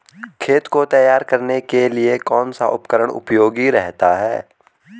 खेत को तैयार करने के लिए कौन सा उपकरण उपयोगी रहता है?